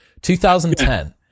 2010